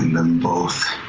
them both,